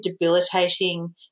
debilitating